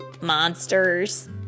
Monsters